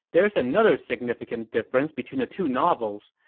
there's another significant difference between the two novels.